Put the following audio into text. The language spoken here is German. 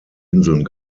inseln